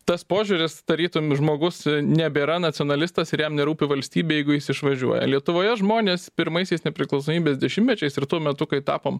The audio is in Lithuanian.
tas požiūris tarytum žmogus nebėra nacionalistas ir jam nerūpi valstybė jeigu jis išvažiuoja lietuvoje žmonės pirmaisiais nepriklausomybės dešimtmečiais ir tuo metu kai tapom